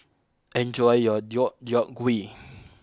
enjoy your Deodeok Gui